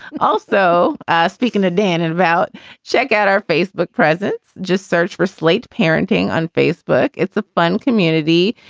also ah speaking to dan and about check out our facebook presence. just search for slate parenting on facebook. it's a fun community.